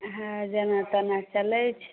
उएह जेना तेना चलैत छै